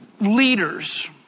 leaders